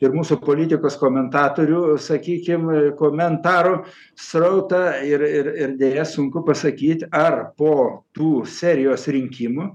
ir mūsų politikos komentatorių sakykim komentarų srautą ir ir ir deja sunku pasakyt ar po tų serijos rinkimų